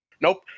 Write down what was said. nope